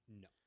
No